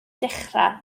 dechrau